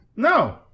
No